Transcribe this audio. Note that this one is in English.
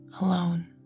alone